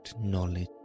knowledge